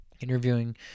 interviewing